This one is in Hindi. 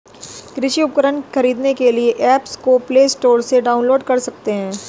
कृषि उपकरण खरीदने के लिए एप्स को प्ले स्टोर से डाउनलोड कर सकते हैं